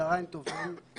צוהריים טובים.